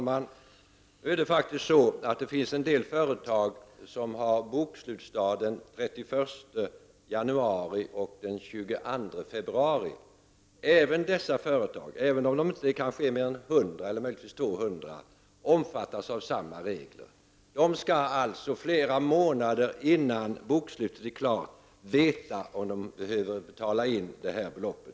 Herr talman! Det finns faktiskt en del företag som har bokslutsdag den 31 januari och 22 februari. Också dessa företag, även om de inte är fler än 100 eller 200, omfattas av samma regler. De skall alltså flera månader innan bokslutet är klart veta om de behöver betala in detta belopp.